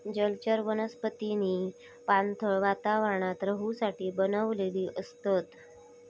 जलचर वनस्पतींनी पाणथळ वातावरणात रहूसाठी बनलेली असतत